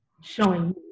showing